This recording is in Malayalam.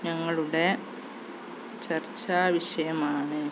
ഞങ്ങളുടെ ചർച്ചാവിഷയമാണ്